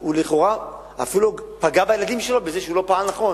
הוא לכאורה אפילו פגע בילדים שלו בזה שהוא לא פעל נכון.